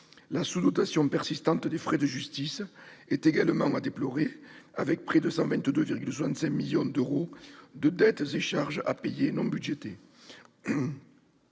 La sous-dotation persistante des frais de justice est également à déplorer, avec près de 122,65 millions d'euros de dettes et charges à payer non budgétés.